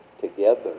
together